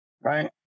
Right